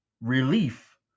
relief